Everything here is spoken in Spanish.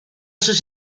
sus